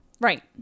Right